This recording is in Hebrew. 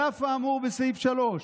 אומר: "על אף האמור בסעיף 3,